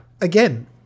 again